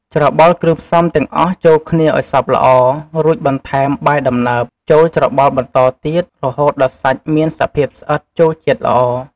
ច្របល់គ្រឿងផ្សំទាំងអស់ចូលគ្នាឱ្យសព្វល្អ រួចបន្ថែម បាយដំណើប ចូលច្របល់បន្តទៀត ហូតដល់សាច់មានសភាពស្អិតចូលជាតិល្អ។